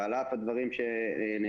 ועל אף הדברים שנאמרים,